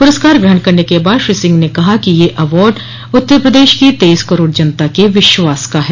प्रस्कार ग्रहण करने के बाद श्री सिंह ने कहा कि ये अवार्ड उत्तर प्रदेश की तेईस करोड़ जनता के विश्वास का है